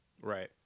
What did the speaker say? Right